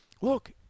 look